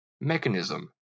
mechanism